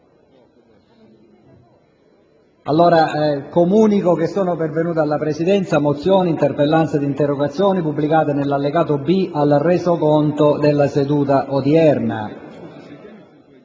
Comunico che sono pervenute alla Presidenza una mozione, una interpellanza e interrogazioni, pubblicate nell'allegato B al Resoconto della seduta odierna.